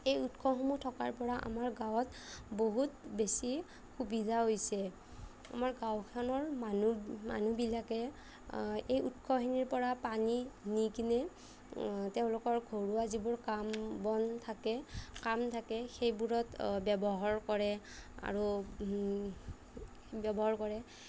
এই উৎসসমূহ থকাৰ পৰা আমাৰ গাঁৱত বহুত বেছি সুবিধা হৈছে আমাৰ গাঁওখনৰ মানুহ মানুহবিলাকে এই উৎসখিনিৰ পৰা পানী নি কেনে তেওঁলোকৰ ঘৰুৱা যিবোৰ কাম বন থাকে কাম থাকে সেইবোৰত ব্যৱহাৰ কৰে আৰু ব্যৱহাৰ কৰে